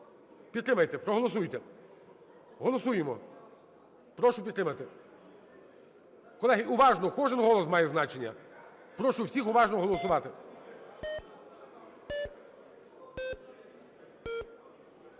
підтримайте, проголосуйте. Голосуємо! Прошу підтримати. Колеги, уважно, кожен голос має значення. Прошу всіх уважно голосувати.